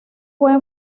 fue